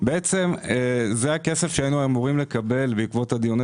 בעצם זה הכסף שהיינו אמורים לקבל בעקבות דיוני